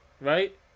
Right